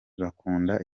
bakunda